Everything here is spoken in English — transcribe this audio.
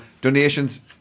Donations